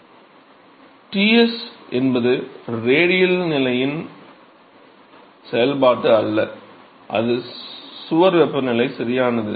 எனவே Ts என்பது radial நிலையின் செயல்பாடு அல்ல அது சுவர் வெப்பநிலை சரியானது